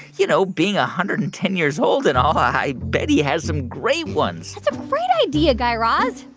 you know, being one ah hundred and ten years old and all, i bet he has some great ones that's a great idea, guy raz.